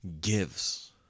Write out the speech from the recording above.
gives